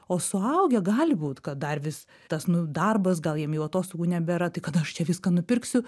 o suaugę gali būt kad dar vis tas nu darbas gal jiem jau atostogų nebėra tai kada aš čia viską nupirksiu